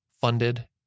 funded